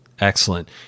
Excellent